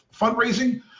fundraising